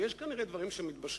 ויש כנראה דברים שמתבשלים.